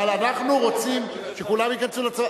אבל אנחנו רוצים שכולם ייכנסו לצבא.